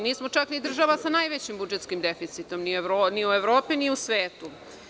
Nismo čak ni država sa najvećim budžetskim deficitom, ni u Evropi, ni u svetu.